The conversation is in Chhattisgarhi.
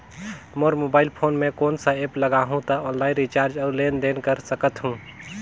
मोर मोबाइल फोन मे कोन सा एप्प लगा हूं तो ऑनलाइन रिचार्ज और लेन देन कर सकत हू?